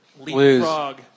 leapfrog